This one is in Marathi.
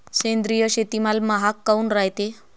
सेंद्रिय शेतीमाल महाग काऊन रायते?